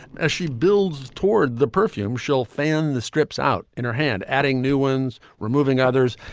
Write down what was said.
as she builds toward the perfume, she'll fan the strips out in her hand, adding new ones, removing others,